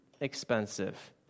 expensive